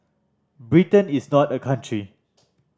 Britain is not a country